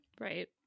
Right